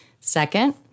Second